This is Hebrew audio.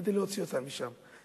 כדי להוציא אותן משם.